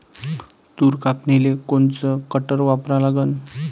तूर कापनीले कोनचं कटर वापरा लागन?